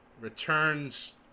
returns